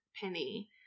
Penny